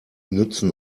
nützen